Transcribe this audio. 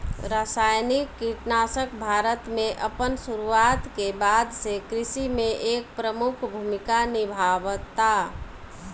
रासायनिक कीटनाशक भारत में अपन शुरुआत के बाद से कृषि में एक प्रमुख भूमिका निभावता